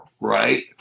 right